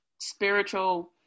spiritual